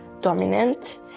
dominant